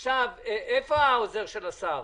עכשיו, איפה העוזר של השר?